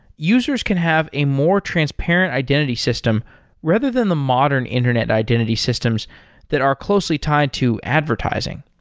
users can have a more transparent identity system rather than the modern internet identity systems that are closely tied to advertising.